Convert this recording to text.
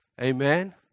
Amen